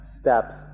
steps